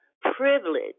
privilege